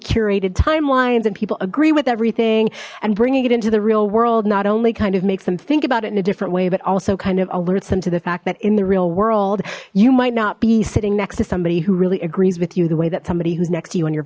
curated timelines and people agree with everything and bringing it into the real world not only kind of makes them think about it in a different way but also kind of alerts them to the fact that in the real world you might not be sitting next to somebody who really agrees with you the way that somebody who's next to you and your